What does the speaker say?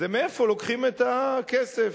היא מאיפה לוקחים את הכסף.